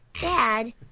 Dad